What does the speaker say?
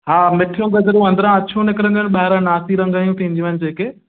हा मिठियूं गजरूं अंदिरां अछियूं निकिरंदियूं आहिनि ॿाहिरां नासी रंग जी थींदियूं आहिनि जेके